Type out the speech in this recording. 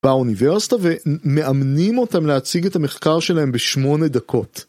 באוניברסיטה ומאמנים אותם להציג את המחקר שלהם בשמונה דקות.